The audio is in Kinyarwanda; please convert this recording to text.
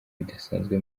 bidasanzwe